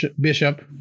Bishop